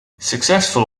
successful